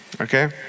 Okay